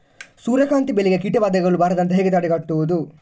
ಸೂರ್ಯಕಾಂತಿ ಬೆಳೆಗೆ ಕೀಟಬಾಧೆಗಳು ಬಾರದಂತೆ ಹೇಗೆ ತಡೆಗಟ್ಟುವುದು?